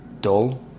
dull